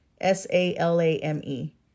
S-A-L-A-M-E